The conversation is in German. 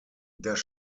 das